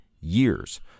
years